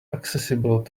accessible